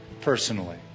personally